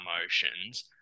emotions